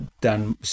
done